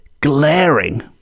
glaring